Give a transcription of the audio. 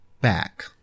back